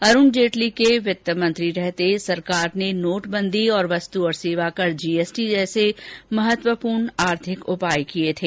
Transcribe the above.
अरुण जेटली के वित्त मंत्री रहते सरकार ने नोट बंदी और वस्तु और सेवाकर जीएसटी जैसे महत्वपूर्ण आर्थिक उपाय किये थे